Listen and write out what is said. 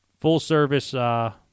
full-service